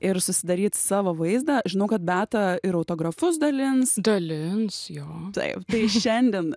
ir susidaryt savo vaizdą žinau kad beata ir autografus dalins dalins jo taip tai šiandien